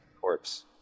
corpse